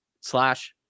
slash